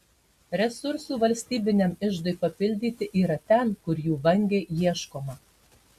resursų valstybiniam iždui papildyti yra ten kur jų vangiai ieškoma